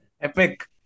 Epic